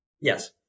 Yes